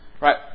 Right